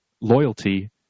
loyalty